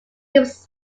keeps